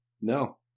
no